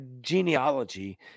genealogy